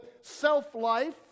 self-life